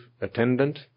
attendant